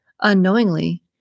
Unknowingly